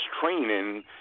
training